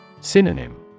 Synonym